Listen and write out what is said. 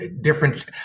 different